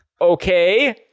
Okay